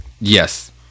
Yes